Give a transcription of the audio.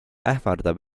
ähvardab